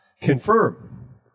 confirm